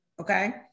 okay